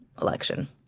election